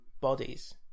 bodies